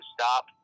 stop